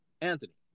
Anthony